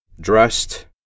dressed